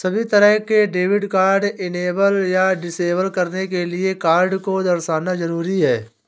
सभी तरह के डेबिट कार्ड इनेबल या डिसेबल करने के लिये कार्ड को दर्शाना जरूरी नहीं है